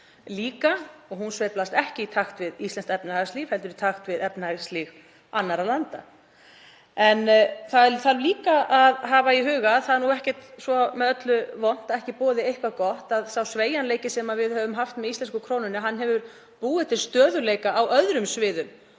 líka og hún sveiflast ekki í takt við íslenskt efnahagslíf heldur í takt við efnahagslíf annarra landa. En það þarf einnig að hafa í huga að fátt er svo með öllu illt að ekki boði nokkuð gott. Sá sveigjanleiki sem við höfum haft með íslensku krónunni hefur búið til stöðugleika á öðrum sviðum